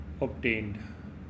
Obtained